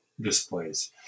displays